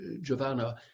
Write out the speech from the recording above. giovanna